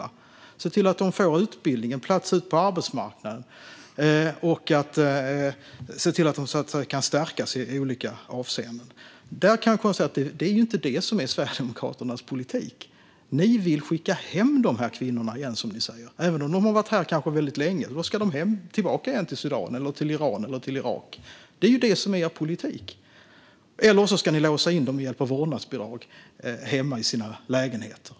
Att se till att de får utbildning, en plats på arbetsmarknaden och kan stärkas i olika avseenden. Jag konstaterar att detta inte är Sverigedemokraternas politik. De säger att de vill skicka hem kvinnorna igen, även om de kanske har varit här väldigt länge. I stället ska de tillbaka till Sudan, Iran eller Irak eller så ska de med hjälp av vårdnadsbidrag låsas in hemma i sina lägenheter.